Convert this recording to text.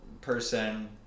person